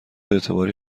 اعتباری